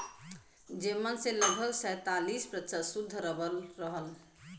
जेमन से लगभग सैंतालीस प्रतिशत सुद्ध रबर रहल